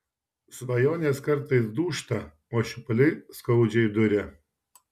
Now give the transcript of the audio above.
svajonės kartais dūžta o šipuliai skaudžiai duria